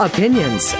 Opinions